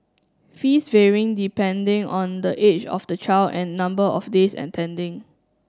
fees vary depending on the age of the child and number of days attending